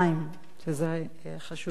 וחשוב מאוד לציין